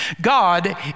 God